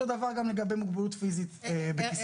אותו דבר לגבי מוגבלות פיזית בכיסא גלגלים.